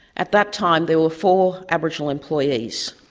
at that time, there were four aboriginal employees.